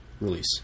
release